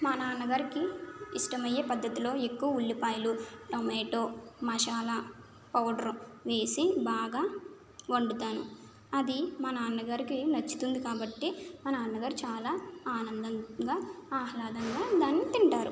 మా నాన్నగారికి ఇష్టమయే పద్ధతిలో ఎక్కువ ఉల్లిపాయలు టమాటో మసాలా పౌడర్ వేసి బాగా వండుతాను అది మా నాన్నగారికి నచ్చుతుంది కాబట్టి మా నాన్నగారు చాలా ఆనందంగా ఆహ్లాదంగా దాన్ని తింటారు